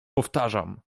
powtarzam